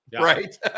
Right